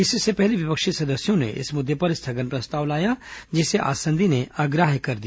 इससे पहले विपक्षी सदस्यों ने इस मुद्दे पर स्थगन प्रस्ताव लाया जिसे आसंदी ने अग्राहृय कर दिया